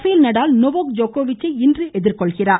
பேல் Nadal Novak ஜோகோவிச்சை இன்று எதிர்கொள்கிறார்